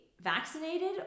vaccinated